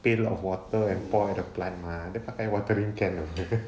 pail of water and pour the plant mah dia pakai watering can jer